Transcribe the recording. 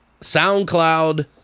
SoundCloud